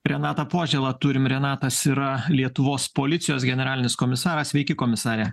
renatą požėlą turim renatas yra lietuvos policijos generalinis komisaras sveiki komisare